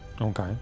Okay